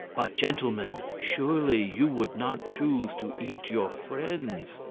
but, gentlemen, surely you would not choose to eat your friends.